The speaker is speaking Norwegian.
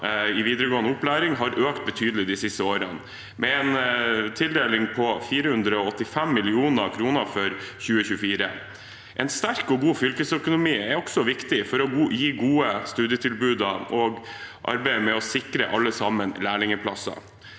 i videregående opplæring har økt betydelig de siste årene, med en tildeling på 485 mill. kr for 2024. En sterk og god fylkesøkonomi er også viktig for å gi gode studietilbud og for arbeidet med å sikre alle sammen lærlingplasser.